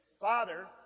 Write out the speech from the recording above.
Father